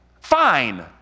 fine